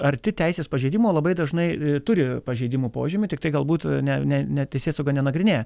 arti teisės pažeidimo labai dažnai turi pažeidimų požymių tiktai galbūt ne ne ne teisėsauga nenagrinėja